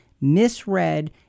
misread